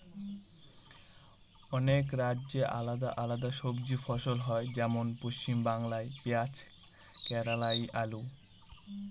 অনেক রাজ্যে আলাদা আলাদা সবজি ফসল হয়, যেমন পশ্চিমবাংলায় পেঁয়াজ কেরালায় আলু